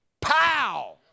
Pow